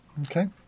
Okay